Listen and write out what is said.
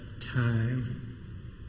time